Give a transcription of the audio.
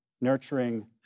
nurturing